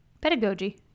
Pedagogy